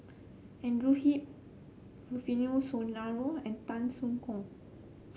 Andrew Hip Rufino Soliano and Tan Soo Khoon